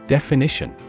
Definition